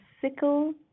sickle